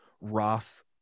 Ross